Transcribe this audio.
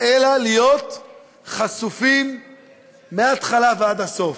אלא להיות חשופים מההתחלה ועד הסוף.